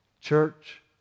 Church